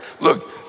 look